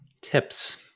Tips